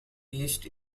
east